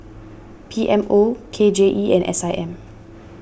P M O K J E and S I M